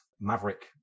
Maverick